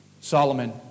Solomon